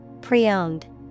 pre-owned